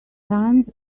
times